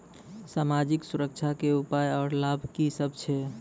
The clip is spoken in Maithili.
समाजिक सुरक्षा के उपाय आर लाभ की सभ छै?